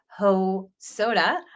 Hosoda